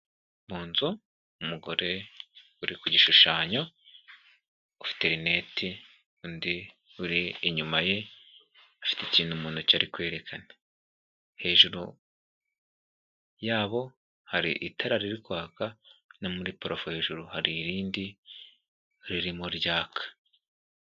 Mu nzu umugore uri ku gishushanyo ufite rineti, undi uri inyuma ye afite ikintu mu ntoki ari kwerekana, hejuru yabo hari itara riri kwaka no muri purofe hejuru hari irindi ririmo ryaka.